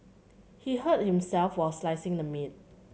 he hurt himself while slicing the meat